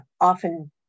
often